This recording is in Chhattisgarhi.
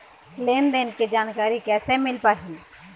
लेन देन के जानकारी कैसे मिल पाही?